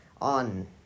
on